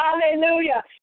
Hallelujah